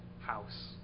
house